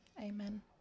amen